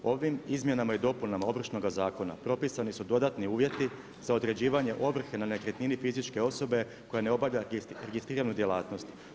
Ovim izmjenama i dopunama Ovršnoga zakona propisani su dodatni uvjeti za određivanje ovrhe na nekretnini fizičke osobe koja ne obavlja registriranu djelatnost.